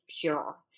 pure